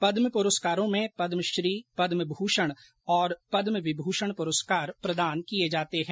पदम प्रस्कारों में पदमश्री पदमभूषण और पदमविभूषण पुरस्कार प्रदान किए जाते हैं